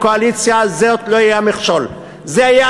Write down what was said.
זה בטח.